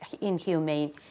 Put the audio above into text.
inhumane